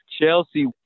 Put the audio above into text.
Chelsea